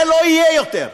זה לא יהיה יותר.